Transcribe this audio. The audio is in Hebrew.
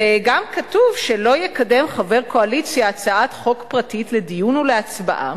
וגם כתוב שלא יקדם חבר קואליציה הצעת חוק פרטית לדיון ולהצבעה